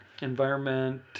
Environment